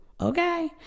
Okay